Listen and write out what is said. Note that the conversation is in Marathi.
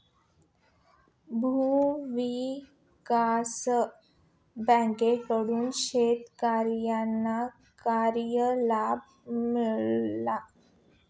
भूविकास बँकेकडून शेतकर्यांना काय लाभ मिळाला?